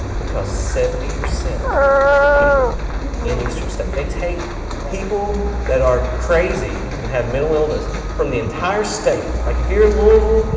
because seventy percent of the people in eastern state, they take people that are crazy and have mental illness from the entire state. like if you're in louisville,